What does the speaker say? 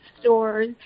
stores